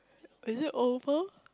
is it oval